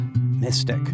Mystic